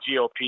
GOP